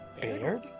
Beard